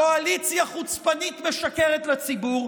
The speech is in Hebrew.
קואליציה חוצפנית משקרת לציבור.